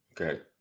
Okay